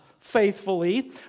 faithfully